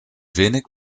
wenig